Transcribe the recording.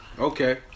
Okay